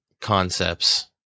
concepts